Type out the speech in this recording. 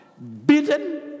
Beaten